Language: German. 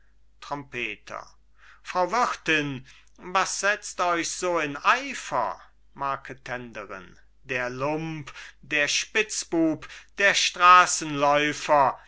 trompeter frau wirtin was setzt euch so in eifer marketenderin der lump der spitzbub der